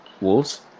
Wolves